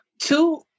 two